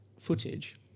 Footage